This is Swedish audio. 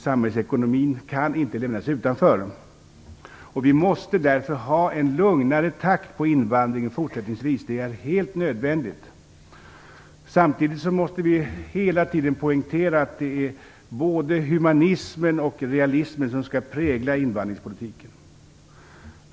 Samhällsekonomin kan inte lämnas utanför. Att invandringen därför fortsättningsvis måste ske i en lugnare takt är helt nödvändigt. Samtidigt måste vi hela tiden poängtera att både humanismen och realismen skall prägla invandringspolitiken.